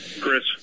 Chris